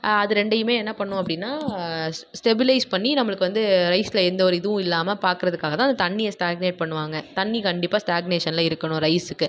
அது ரெண்டையுமே என்ன பண்ணும் அப்படின்னா ஸ் ஸ்டெபிளைஸ் பண்ணி நம்மளுக்கு வந்து ரைஸில் எந்த ஒரு இதுவும் இல்லாமல் பார்க்கறதுக்காக தான் அந்த தண்ணியை ஸ்டாக்னேட் பண்ணுவாங்க தண்ணி கண்டிப்பாக ஸ்டாக்னேஷனில் இருக்கணும் ரைஸ்ஸுக்கு